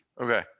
Okay